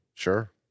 Sure